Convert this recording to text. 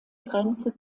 grenze